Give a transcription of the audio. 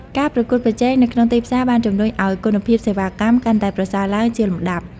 ការប្រកួតប្រជែងនៅក្នុងទីផ្សារបានជំរុញឲ្យគុណភាពសេវាកម្មកាន់តែប្រសើរឡើងជាលំដាប់។